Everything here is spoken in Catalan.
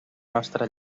nostra